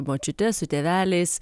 močiute su tėveliais